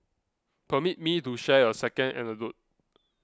permit me to share a second anecdote